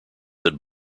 that